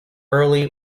early